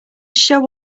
show